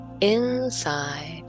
inside